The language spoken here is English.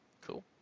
Cool